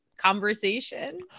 conversation